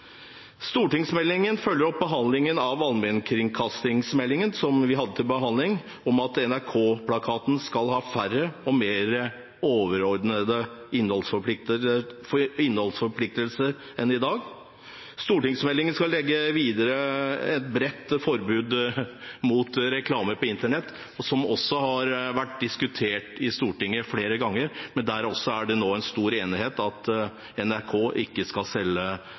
allmennkringkastingsmeldingen som vi hadde til behandling, om at NRK-plakaten skal ha færre og mer overordnede innholdsforpliktelser enn i dag. Stortingsmeldingen legger videre opp til et bredt forbud mot reklame på internett, som også har vært diskutert i Stortinget flere ganger, og det er stor enighet om at NRK ikke skal selge